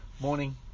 morning